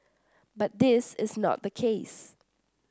but this is not the case